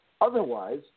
Otherwise